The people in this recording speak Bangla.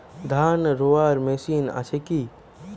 ধান রোয়ার মেশিন আছে কি?